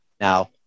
Now